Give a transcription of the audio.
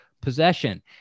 possession